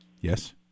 Yes